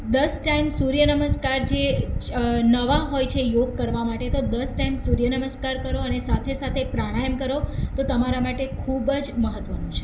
દસ ટાઈમ સૂર્યનમસ્કાર જે નવા હોય છે યોગ કરવા માટે તો દસ ટાઈમ સૂર્ય નમસ્કાર કરો અને સાથે સાથે પ્રાણાયામ કરો તો તમારા માટે ખૂબ જ મહત્ત્વનું છે